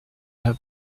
her